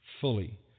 fully